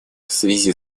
связи